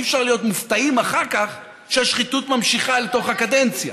אי-אפשר להיות מופתעים אחר כך שהשחיתות ממשיכה אל תוך הקדנציה.